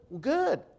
Good